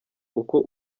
uko